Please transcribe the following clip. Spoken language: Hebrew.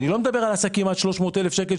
אני לא מדבר על עסקים עד 300,000 שקל,